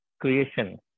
creation